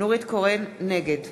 נגד